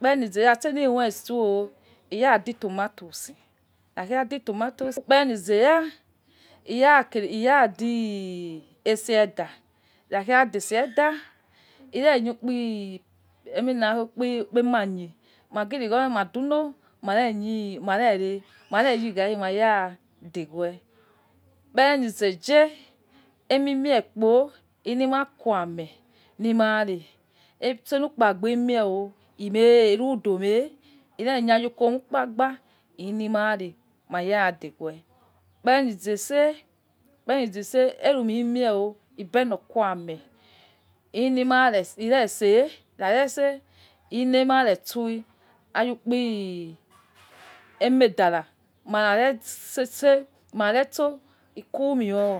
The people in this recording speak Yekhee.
Ukpere ni zeya seni moi steo o iya di tomatoes ikhakhe yadi tomatoes ukpere ni zeya iya keh iya di ese eda ikhakheya de ese eda irenie ukpi eminakhe ukpi ukpi emanie magi righormeh ma duno mare nie marere mare yi garri maya dewe ukpere ni zedge emime kpo ini mah kua amah ni mareh etsoni ikpagba ini eo imeh irudo meh irenie ajukuomi ikpagba ini ma reh maya deguwe ukperenize ise ukpereni ize ise erumi imieo ibenor gua ameh ini mah rase ireseh ira reseh ini mare stue ajukpi emedara maka resese ma re stue ku mei o oh